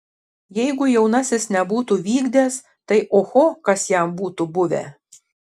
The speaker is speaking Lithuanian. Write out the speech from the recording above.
jeigu jaunasis nebūtų vykdęs tai oho kas jam būtų buvę